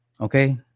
Okay